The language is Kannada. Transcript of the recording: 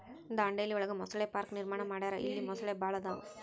ದಾಂಡೇಲಿ ಒಳಗ ಮೊಸಳೆ ಪಾರ್ಕ ನಿರ್ಮಾಣ ಮಾಡ್ಯಾರ ಇಲ್ಲಿ ಮೊಸಳಿ ಭಾಳ ಅದಾವ